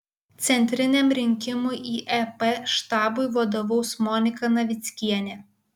centriniam rinkimų į ep štabui vadovaus monika navickienė